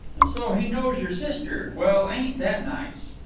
and so he knows your sister. well, ain't that nice!